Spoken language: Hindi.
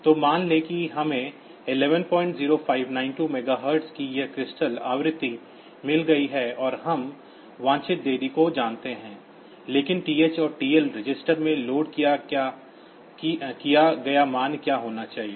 तो मान लें कि हमें 110592 मेगाहर्ट्ज की यह क्रिस्टल आवृत्ति मिल गई है और हम वांछित देरी को जानते हैं लेकिन TH और TL रजिस्टर में लोड किया गया मान क्या होना चाहिए